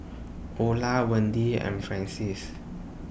Ola Wendi and Francies